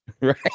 Right